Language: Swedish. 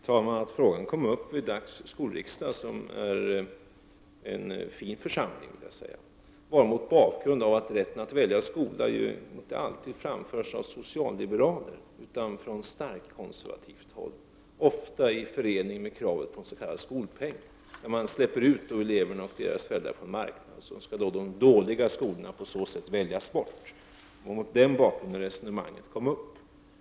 Herr talman! Att frågan kom upp vid skolriksdagen, som är en fin församling, berodde på att rätten att välja skola ju inte alltid framförs av socialliberaler utan också från starkt konservativt håll, ofta i förening med kravet på ens.k. skolpeng. Man släpper då ut eleverna och föräldrarna på en marknad, där de dåliga skolorna skall väljas bort. Det var mot den bakgrunden som resonemanget kom upp.